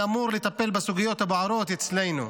מי אמור לטפל בסוגיות הבוערות אצלנו?